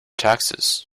taxes